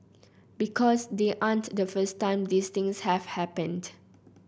because they aren't the first time these things have happened